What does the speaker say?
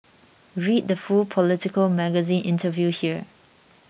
read the full Politico Magazine interview here